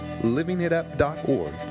livingitup.org